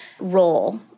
role